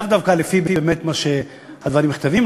באמת לאו דווקא לפי מה שהדברים נכתבים,